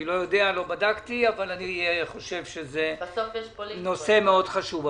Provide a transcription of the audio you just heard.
לא בדקתי אבל אני חושב שזה נושא חשוב מאוד.